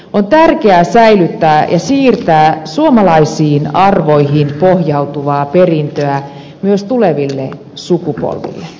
on tärkeää säilyttää ja siirtää suomalaisiin arvoihin pohjautuvaa perintöä myös tuleville sukupolville